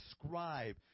describe